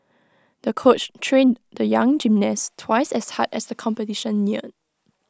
the coach trained the young gymnast twice as hard as the competition neared